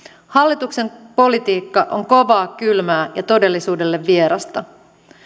hallituksen politiikka on kovaa kylmää ja todellisuudelle vierasta